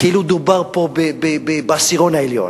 כאילו דובר פה בעשירון העליון.